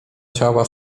ciała